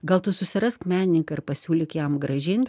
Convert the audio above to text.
gal tu susirask menininką ir pasiūlyk jam grąžint